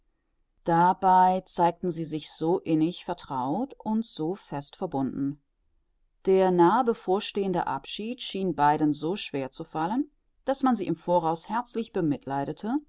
dabei zeigten sie sich so innig vertraut und so fest verbunden der nahebevorstehende abschied schien beiden so schwer zu fallen daß man sie im voraus herzlich bemitleidete